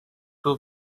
two